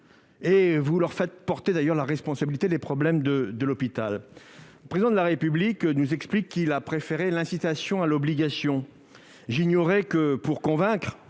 Vous leur faites porter, d'ailleurs, la responsabilité des problèmes de l'hôpital. Le Président de la République nous explique qu'il a préféré l'incitation à l'obligation. J'ignorais que, pour convaincre,